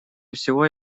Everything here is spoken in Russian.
всего